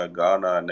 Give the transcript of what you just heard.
Ghana